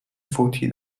فوتی